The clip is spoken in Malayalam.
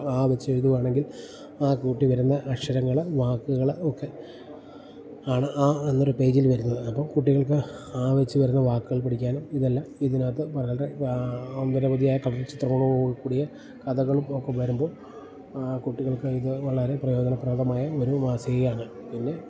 ആ വെച്ച് എഴുതുവാണെങ്കിൽ ആ കൂട്ടിവരുന്ന അക്ഷരങ്ങള് വാക്കുകള് ഒക്കെ ആണ് ആ എന്നൊരു പേജിൽ വരുന്നത് അപ്പം കുട്ടികൾക്ക് ആ വെച്ച് വരുന്ന വാക്കുകൾ പഠിക്കാനും ഇതെല്ലാം ഇതിനകത്ത് വളരെ അനവധിയായ കളർചിത്രങ്ങളോട് കൂടിയ കഥകളും ഒക്കെ വരുമ്പോൾ ആ കുട്ടികൾക്ക് ഇത് വളരെ പ്രയോജനപ്രദമായ ഒരു മാസികയാണ് പിന്നെ